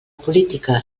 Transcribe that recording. política